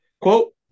Quote